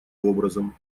образом